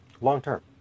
Long-term